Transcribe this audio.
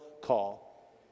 call